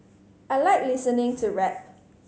I like listening to rap